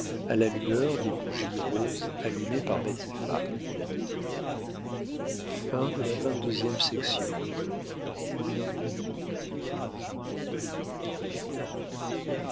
à la lueur des bougies roses allumées par